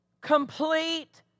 complete